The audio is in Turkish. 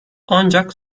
ancak